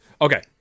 Okay